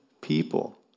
people